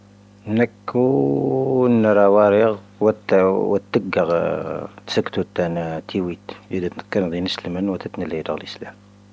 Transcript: ⵏⴰⴽⵓ ⵏⴰⵔⴰ ⵡⴰⵔⵉⵇ, ⵡⴰⵜⵉⴳⴰⵔ ⵜⵙⵉⴽⵜⵓ ⵜⴰⵏ ⵜⵉⵉⵡⵉⵜ, ⵢⵓⴷⴻⵜ ⵏⴰ ⴽⴰⵏⴷⵉⵏ ⵉⵙⵍⵉⵎⵉⵏ ⵡⴰⵜⴻⵜ ⵏⵉⵍⴻ ⴷⴰⵔ ⵍⵉⵙⴰ.